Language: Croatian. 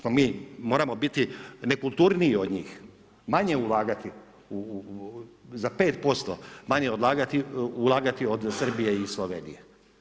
Moramo biti ne kulturniji od njih, manje ulagati za 5% manje ulagati od Srbije i Slovenije?